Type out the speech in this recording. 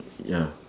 ya